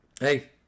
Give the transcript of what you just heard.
Hey